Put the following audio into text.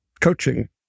coaching